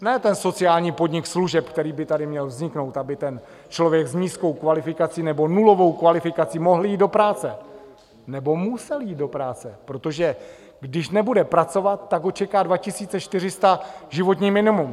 Ne ten sociální podnik služeb, který by tady měl vzniknout, aby člověk s nízkou kvalifikací nebo nulovou kvalifikací mohl jít do práce nebo musel jít do práce, protože když nebude pracovat, tak ho čeká 2 400 životní minimum.